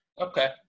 Okay